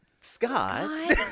Scott